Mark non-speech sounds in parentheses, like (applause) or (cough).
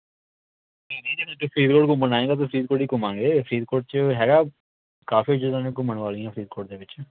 (unintelligible) ਫਰੀਦਕੋਟ ਘੁੰਮਣ ਆਏਗਾ ਤਾਂ ਫਰੀਦਕੋਟ ਹੀ ਘੁੰਮਾਂਗੇ ਫਰੀਦਕੋਟ 'ਚ ਹੈਗਾ ਕਾਫੀ ਚੀਜ਼ਾਂ ਨੇ ਘੁੰਮਣ ਵਾਲੀਆਂ ਫਰੀਦਕੋਟ ਦੇ ਵਿੱਚ